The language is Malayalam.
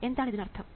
എന്താണ് ഇതിനർത്ഥം